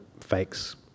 fakes